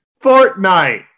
Fortnite